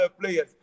players